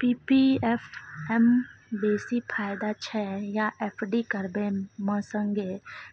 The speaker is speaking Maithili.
पी.पी एफ म बेसी फायदा छै या एफ.डी करबै म संगे